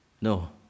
No